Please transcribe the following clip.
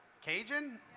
Cajun